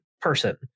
person